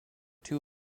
too